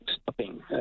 stopping